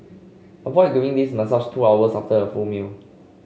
avoid doing this massage two hours after a full meal